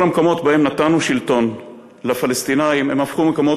בכל המקומות שבהם נתנו שלטון לפלסטינים הם הפכו מקומות